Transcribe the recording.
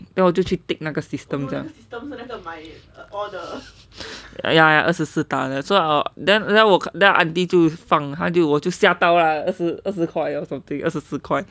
then 我就去 tick 那个 system ya ya 二十四打的 so then 那个 auntie 就放我就吓到了二十块 or something 二十四块